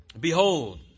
Behold